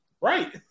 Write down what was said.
Right